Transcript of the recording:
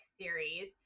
series